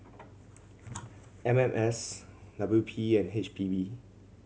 M M S W P and H P B